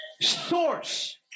source